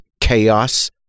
chaos